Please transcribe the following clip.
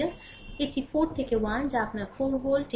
সুতরাং এটি 4 থেকে 1 যা আপনার 4 ভোল্ট